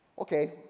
Okay